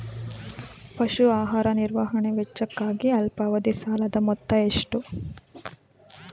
ಪಶು ಆಹಾರ ನಿರ್ವಹಣೆ ವೆಚ್ಚಕ್ಕಾಗಿ ಅಲ್ಪಾವಧಿ ಸಾಲದ ಮೊತ್ತ ಎಷ್ಟು?